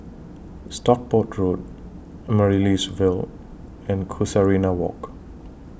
Stockport Road Amaryllis Ville and Casuarina Walk